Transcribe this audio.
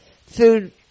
Food